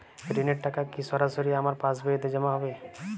ঋণের টাকা কি সরাসরি আমার পাসবইতে জমা হবে?